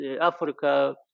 Africa